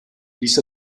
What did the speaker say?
ließ